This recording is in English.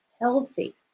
healthy